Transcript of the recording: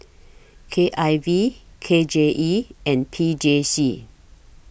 K I V K J E and P J C